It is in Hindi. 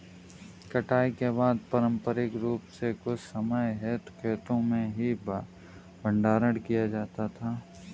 कटाई के बाद पारंपरिक रूप से कुछ समय हेतु खेतो में ही भंडारण किया जाता था